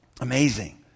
Amazing